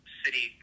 city